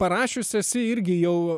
parašius esi irgi jau